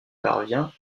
parvient